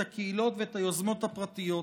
את הקהילות ואת היוזמות הפרטיות.